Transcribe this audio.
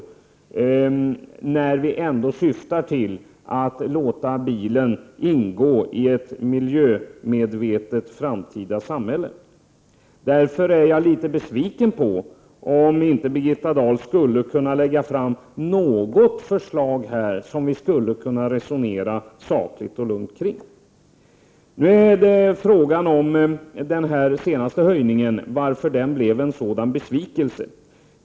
Vi har trots allt som mål att bilen skall ingå i ett miljömedvetet framtida samhälle. Jag blir därför litet besviken om Birgitta Dahl inte skulle kunna lägga fram något förslag här som vi skulle kunna resonera lugnt och sakligt kring. Jag vill sedan ta upp den senaste höjningen. Varför blev den en sådan besvikelse?